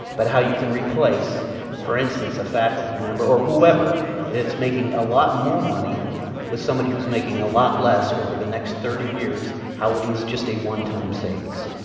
but how you can replace for instance a faculty member or whoever and it's making a lot more money with somebody who's making a lot less over the next thirty years, how would he it's just a one time savings.